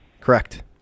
Correct